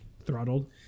throttled